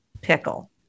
pickle